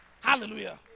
Hallelujah